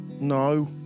No